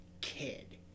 kid